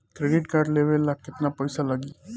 Credit card लेवे ला केतना पइसा लागी?